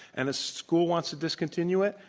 and a school wants to discontinue it,